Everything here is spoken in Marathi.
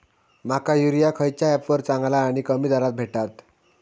माका युरिया खयच्या ऍपवर चांगला आणि कमी दरात भेटात?